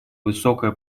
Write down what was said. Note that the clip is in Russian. высокая